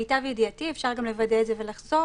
למיטב ידיעתי אפשר גם לוודא את זה ולחזור